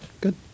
Good